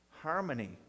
harmony